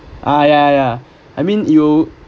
ah yeah yeah yeah I mean you